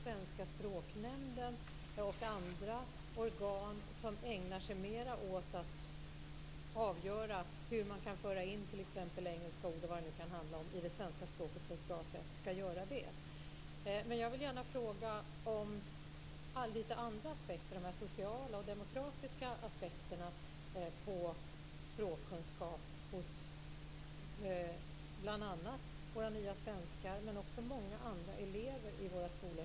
Svenska språknämnden och andra organ som ägnar sig mer åt att avgöra hur man t.ex. kan föra in engelska ord eller vad det nu kan handla om i det svenska språket på ett bra sätt ska sedan göra just det. Jag vill gärna fråga om lite andra aspekter - de sociala och demokratiska aspekterna på språkkunskap hos bl.a. våra nya svenskar, men också hos många andra elever i skolorna.